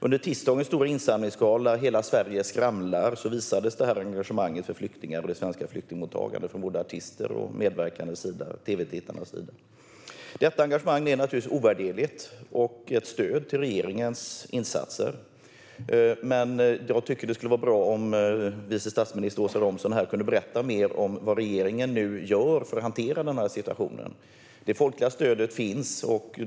Under tisdagens stora insamlingsgala Hela Sverige skramlar visades engagemanget för flyktingar och det svenska flyktingmottagandet från både artisternas och tv-tittarnas sida. Detta engagemang är naturligtvis ovärderligt, och det är ett stöd till regeringens insatser. Men jag tycker att det skulle vara bra om vice statsminister Åsa Romson kunde berätta mer om vad regeringen nu gör för att hantera situationen. Det folkliga stödet finns.